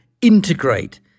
integrate